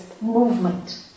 movement